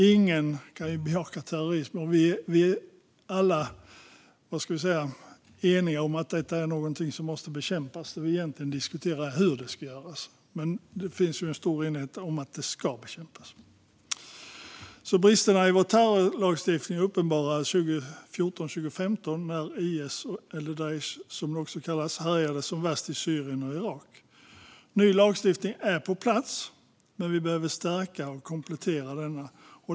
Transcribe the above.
Ingen ska bejaka terrorism, och vi är alla eniga om att det är något som måste bekämpas. Det vi egentligen diskuterar är hur detta ska göras, men det finns en stor enighet om att det ska bekämpas. Bristerna i vår terrorlagstiftning uppenbarades 2014-2015 när IS eller Daish härjade som värst i Syrien och Irak. Ny lagstiftning är på plats, men vi behöver stärka och komplettera den.